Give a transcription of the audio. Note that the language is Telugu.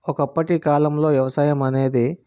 ఒకప్పటి కాలంలో వ్యవసాయం అనేది